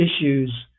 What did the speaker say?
issues